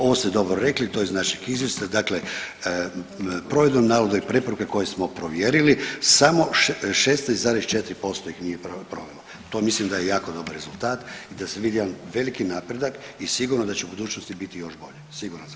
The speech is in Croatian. Ovo ste dobro rekli, to je iz našeg izvješća dakle provedbom naloga i preporuka koje smo provjerili samo 16,4% ih nije provelo, to mislim da je jako dobar rezultat i da se vidi jedan veliki napredak i sigurno da će u budućnosti biti još bolje, siguran sam.